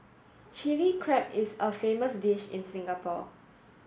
Chilli Crab is a famous dish in Singapore